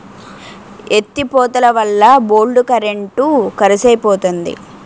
ఎత్తి పోతలవల్ల బోల్డు కరెంట్ కరుసైపోతంది